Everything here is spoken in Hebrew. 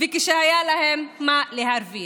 וכשהיה להם מה להרוויח.